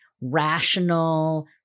rational